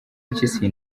mpyisi